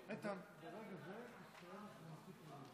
נודה לסגן יושב-ראש הכנסת חבר הכנסת איתן גינזבורג